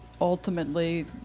ultimately